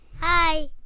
Hi